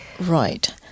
right